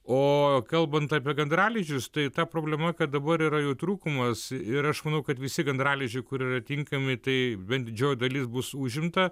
o kalbant apie gandralizdžius tai ta problema kad dabar yra jų trūkumas ir aš manau kad visi gandralizdžiai kur yra tinkami tai bent didžioji dalis bus užimta